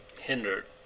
hindered